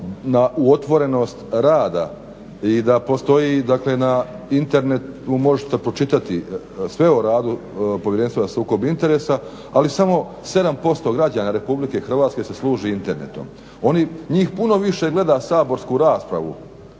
u otvorenost rada i da postoji, dakle na Internetu možete pročitati sve o radu Povjerenstva za sukob interesa ali samo 7% građana Republike Hrvatske se služi internetom. Njih puno više gleda saborsku raspravu,